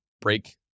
break